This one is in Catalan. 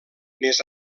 més